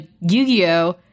Yu-Gi-Oh